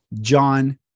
John